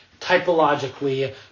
typologically